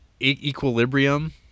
equilibrium